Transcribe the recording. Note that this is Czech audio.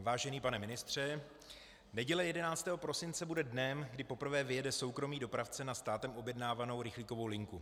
Vážený pane ministře, neděle 11. prosince bude dnem, kdy poprvé vyjede soukromý dopravce na státem objednávanou rychlíkovou linku.